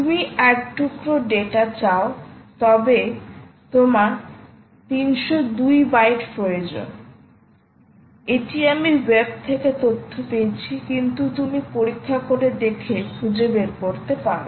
তুমি এক টুকরা ডেটা চাও তবে তোমার 302 বাইট প্রয়োজন এটি আমি ওয়েব থেকে তথ্য পেয়েছি কিন্তু তুমি পরীক্ষা করে দেখে খুঁজে বের করতে পারো